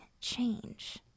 change